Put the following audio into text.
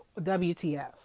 WTF